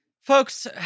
Folks